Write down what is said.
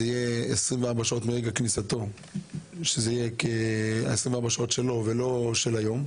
זה יהיה 24 שעות מרגע כניסתו - שזה יהיה 24 שעות שלו ולא של היום.